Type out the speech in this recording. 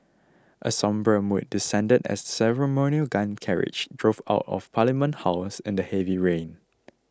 a sombre mood descended as the ceremonial gun carriage drove out of Parliament House in the heavy rain